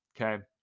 Okay